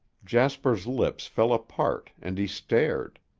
jasper's lips fell apart and he stared.